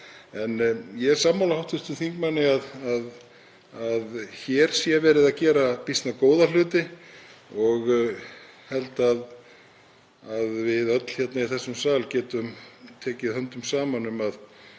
Ég er sammála hv. þingmanni um að hér sé verið að gera býsna góða hluti. Ég held að við öll í þessum sal getum tekið höndum saman um að